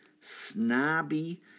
snobby